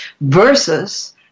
versus